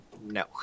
No